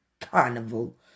carnival